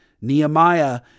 Nehemiah